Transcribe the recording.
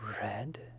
Red